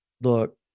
look